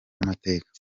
n’amateka